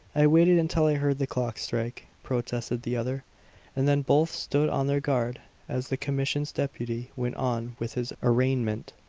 i waited until i heard the clock strike, protested the other and then both stood on their guard as the commission's deputy went on with his arraignment